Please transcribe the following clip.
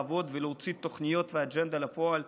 לעבוד ולהוציא תוכניות ואג'נדה לפועל,